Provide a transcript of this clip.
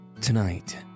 Tonight